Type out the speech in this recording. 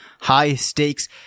high-stakes